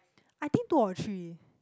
I think two or three